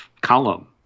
column